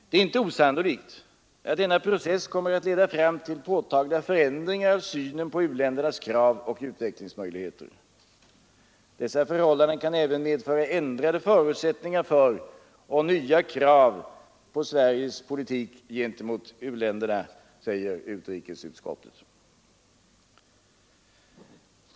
Det är inte osannolikt att denna process kommer att leda fram till påtagliga förändringar av synen på u-ländernas krav och utvecklingsmöjligheter. ”Dessa förhållanden kan även medföra ändrade förutsättningar för och nya krav på Sveriges politik gentemot u-länderna”, säger utrikesutskottet.